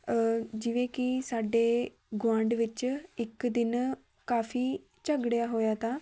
ਜਿਵੇਂ ਕਿ ਸਾਡੇ ਗੁਆਂਢ ਵਿੱਚ ਇੱਕ ਦਿਨ ਕਾਫੀ ਝਗੜਿਆ ਹੋਇਆ ਤਾਂ